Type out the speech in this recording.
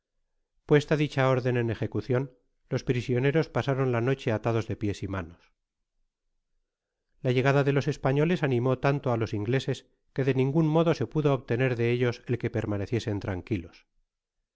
puesta dicha orden en ejecucion los prisioneros pasaron la noche atados de pies y manos la llegada de los españoles animó tanto á los ingleses que de ningún modo se pudo obtener de ellos el que permaneciesen tranquilos